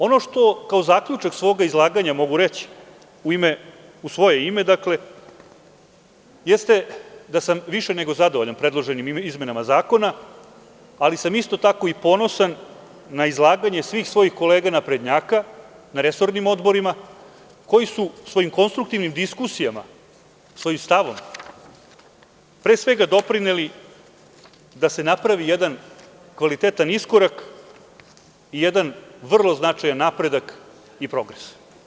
Ono što zaključak kao svog izlaganja mogu reći u svoje ime, dakle, jeste da sam više nego zadovoljan predloženim izmenama zakona, ali sam isto tako i ponosan na izlaganje svih svojih kolega naprednjaka na resornim odborima, koji su svojim konstruktivnim diskusijama, svojim stavom, pre svega, doprineli da se napravi jedan kvalitetan iskorak i jedan vrlo značajan napredak i progres.